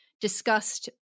discussed